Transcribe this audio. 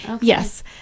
Yes